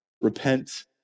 Repent